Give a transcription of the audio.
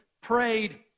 prayed